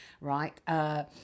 right